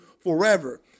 forever